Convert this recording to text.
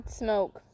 smoke